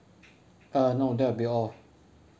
uh no that will be all